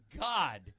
God